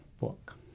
book